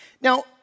Now